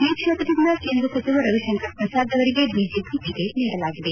ಈ ಕ್ಷೇತ್ರದಿಂದ ಕೇಂದ್ರ ಸಚಿವ ರವಿಶಂಕರ್ ಪ್ರಸಾದ್ ಅವರಿಗೆ ಬಿಜೆಪಿ ಟಿಕೆಟ್ ನೀಡಲಾಗಿದೆ